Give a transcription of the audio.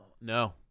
No